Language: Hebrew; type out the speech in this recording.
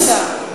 בבקשה.